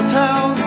town